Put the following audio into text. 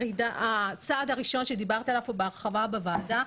הצעד הראשון שדיברת עליו פה בהרחבה בוועדה,